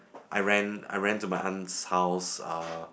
I ran I ran to my aunt's house uh